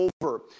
over